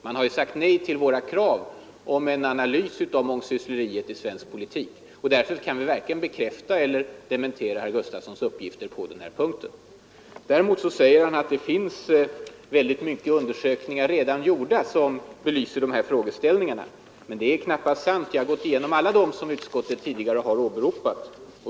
Man har ju sagt nej till våra krav på en analys av mångsyssleriet i svensk politik, och därför kan vi varken bekräfta eller dementera herr Gustavssons uppgifter på den här punkten. Herr Gustavsson säger att det redan finns väldigt många undersökningar gjorda som belyser de här frågeställningarna. Det är knappast sant. Jag har gått igenom dem som utskottet tidigare har åberopat.